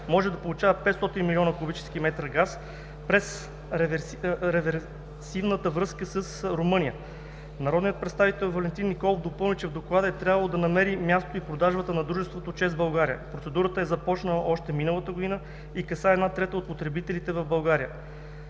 може да получава 500 милиона кубически метра газ през реверсивната връзка с Румъния. Народният представител Валентин Николов допълни, че в доклада е трябвало да намери място и продажбата на Дружеството „ЧЕЗ-България“. Процедура е започнала още миналата година и касае една трета от потребителите в България.